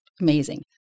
amazing